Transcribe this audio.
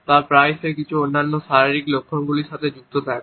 তা প্রায়শই কিছু অন্যান্য শারীরিক লক্ষণগুলির সাথে যুক্ত থাকে